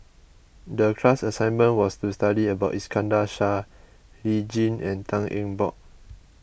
the class assignment was to study about Iskandar Shah Lee Tjin and Tan Eng Bock